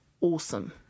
Awesome